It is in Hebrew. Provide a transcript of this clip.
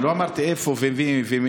עוד לא אמרתי איפה ומה.